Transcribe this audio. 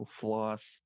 floss